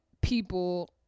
people